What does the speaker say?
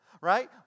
right